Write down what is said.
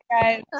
guys